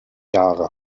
jahre